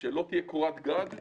שלא תהיה קורת גג לאזרח,